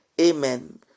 Amen